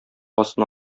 астына